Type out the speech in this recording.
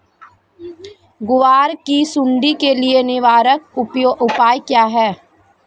ग्वार की सुंडी के लिए निवारक उपाय क्या है?